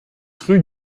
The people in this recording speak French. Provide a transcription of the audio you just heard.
rue